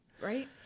Right